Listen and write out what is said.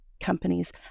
companies